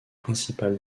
principal